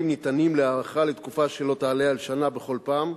ניתנים להארכה לתקופה שלא תעלה על שנה בכל פעם,